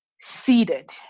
seated